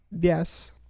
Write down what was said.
Yes